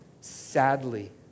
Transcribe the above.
Sadly